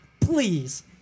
please